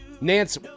Nance